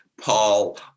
Paul